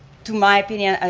to my opinion,